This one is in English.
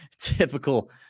typical